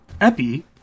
Epi